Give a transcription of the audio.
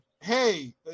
hey